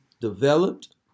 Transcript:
developed